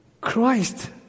Christ